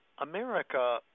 America